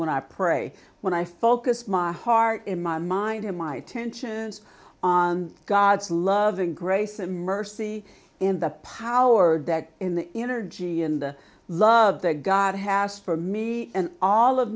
when i pray when i focus my heart in my mind and my attentions on god's love and grace and mercy in the power dead in the energy in the love that god has for me and all of